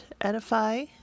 edify